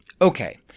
okay